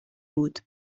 بود